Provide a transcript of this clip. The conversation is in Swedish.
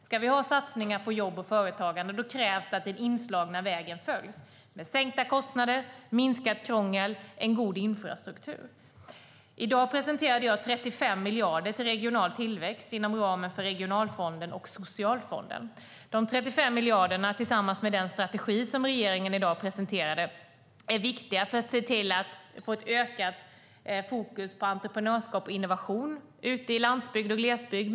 Ska vi ha satsningar på jobb och företagande krävs det att den inslagna vägen följs med sänkta kostnader, minskat krångel och en god infrastruktur. I dag presenterade jag 35 miljarder till regional tillväxt inom ramen för Regionalfonden och Socialfonden. De 35 miljarderna tillsammans med den strategi som regeringen i dag presenterade är viktiga för att man ska se till att få ett ökat fokus på entreprenörskap och innovation ute i landsbygd och glesbygd.